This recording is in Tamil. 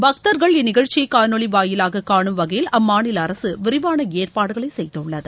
பக்தர்கள் இந்நிகழ்ச்சியை காணொலி வாயிலாக காணும் வகையில் அம்மாநில அரசு விரிவான ஏற்பாடுகளை செய்துள்ளது